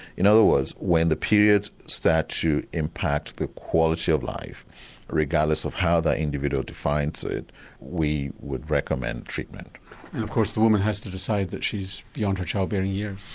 in other words when the periods start to impact the quality of life regardless of how that individual defines it we would recommend treatment. and of course the woman has to decide that she's beyond her child bearing years.